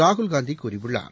ராகுல் காந்தி கூறியுள்ளார்